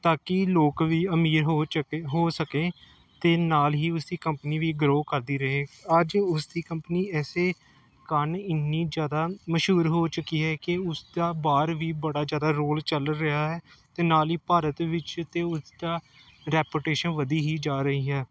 ਤਾਂ ਕਿ ਲੋਕ ਵੀ ਅਮੀਰ ਹੋ ਚੁੱਕੇ ਹੋ ਸਕੇ ਅਤੇ ਨਾਲ ਹੀ ਉਸ ਦੀ ਕੰਪਨੀ ਵੀ ਗਰੋ ਕਰਦੀ ਰਹੇ ਅੱਜ ਉਸ ਦੀ ਕੰਪਨੀ ਇਸੇ ਕਾਰਨ ਇੰਨੀ ਜ਼ਿਆਦਾ ਮਸ਼ਹੂਰ ਹੋ ਚੁੱਕੀ ਹੈ ਕਿ ਉਸਦਾ ਬਾਹਰ ਵੀ ਬੜਾ ਜ਼ਿਆਦਾ ਰੋਲ ਚੱਲ ਰਿਹਾ ਹੈ ਅਤੇ ਨਾਲ ਹੀ ਭਾਰਤ ਵਿੱਚ ਤਾਂ ਉਸ ਦਾ ਰੈਪੂਟੇਸ਼ਨ ਵਧੀ ਹੀ ਜਾ ਰਹੀ ਹੈ